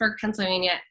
Pennsylvania